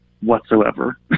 whatsoever